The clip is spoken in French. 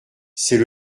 c’est